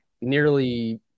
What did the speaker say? nearly